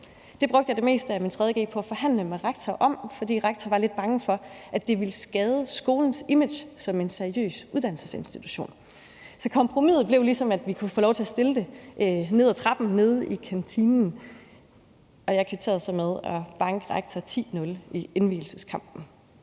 Det brugte jeg det meste af min tid i 3. g på at forhandle med rektor om, fordi rektor var lidt bange for, at det ville skade skolens image som en seriøs uddannelsesinstitution. Så kompromiset blev ligesom, at vi kunne få lov til at stille det ved trappen nede i kantinen – og jeg kvitterede så med at banke rektor 10-0 i indvielseskampen.